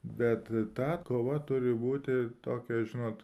bet ta kova turi būti tokia žinot